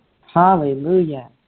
Hallelujah